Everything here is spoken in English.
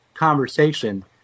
conversation